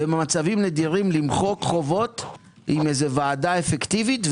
ובמצבים נדירים למחוק חובות עם איזו ועדה אפקטיבית.